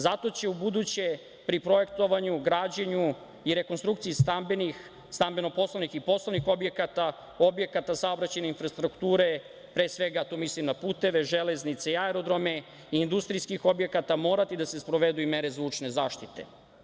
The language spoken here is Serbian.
Zato će ubuduće pri projektovanju, građenju i rekonstrukciji stambeno-poslovnih i poslovnih objekata, objekata saobraćajne infrastrukture, pre svega tu mislim na puteve, železnice, aerodrome i industrijskih objekata, morati da se sprovedu i mere zvučne zaštite.